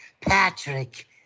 Patrick